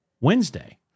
Wednesday